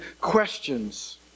questions